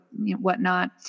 whatnot